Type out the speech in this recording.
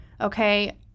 Okay